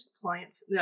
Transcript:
clients